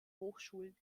hochschulen